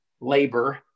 labor